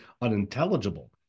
unintelligible